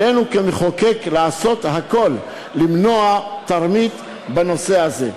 עלינו, כמחוקק, לעשות הכול למנוע תרמית בנושא הזה.